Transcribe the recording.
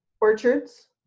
orchards